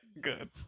Good